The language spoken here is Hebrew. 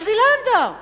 עוזי לנדאו.